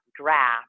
draft